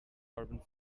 carbon